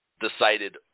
decided